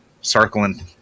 circling